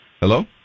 Hello